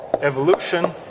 evolution